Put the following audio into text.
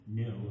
no